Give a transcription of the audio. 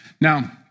Now